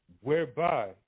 whereby